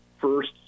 first